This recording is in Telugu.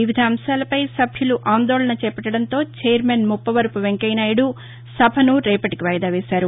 వివిధ అంశాలపై సభ్యులు ఆందోళన చేపట్టడంతో చైర్మన్ ముప్పవరపు వెంకయ్య నాయుడు సభను రేపటికి వాయిదా వేశారు